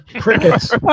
crickets